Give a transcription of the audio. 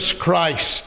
Christ